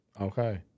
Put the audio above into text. Okay